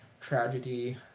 tragedy